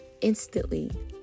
instantly